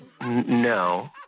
No